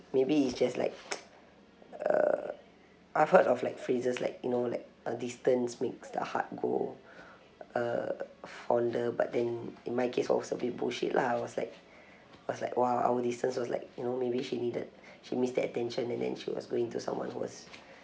maybe it's just like uh I've heard of like phrases like you know like uh distance makes the heart grow uh fonder but then in my case was a bit bullshit lah I was like was like !wah! our distance was like you know maybe she needed she missed the attention and then she was going to someone who was